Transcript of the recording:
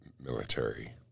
military